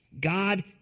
God